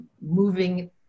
moving